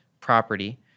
property